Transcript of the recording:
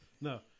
No